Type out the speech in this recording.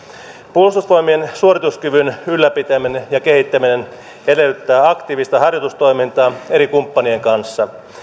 puolustusvoimien suorituskyvyn ylläpitäminen ja kehittäminen edellyttää aktiivista harjoitustoimintaa eri kumppanien kanssa